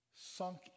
sunk